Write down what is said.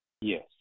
Yes